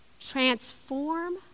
transform